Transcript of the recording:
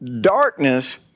Darkness